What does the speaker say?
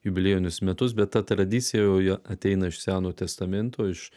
jubiliejinius metus bet ta tradicija jau ateina iš seno testamento iš